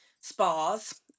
spas